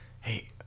Hey